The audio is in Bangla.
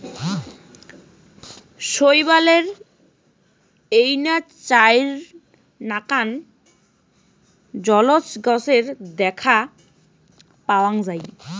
শৈবালের এইনা চাইর নাকান জলজ গছের দ্যাখ্যা পাওয়াং যাই